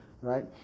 right